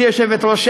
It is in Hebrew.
גברתי היושבת-ראש,